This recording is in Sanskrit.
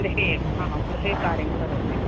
गृहे एव गृहे कार्यं करोति